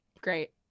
great